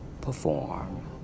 perform